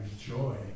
joy